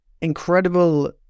incredible